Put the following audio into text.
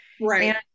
Right